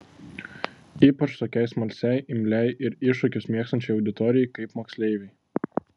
ypač tokiai smalsiai imliai ir iššūkius mėgstančiai auditorijai kaip moksleiviai